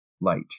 light